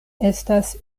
estas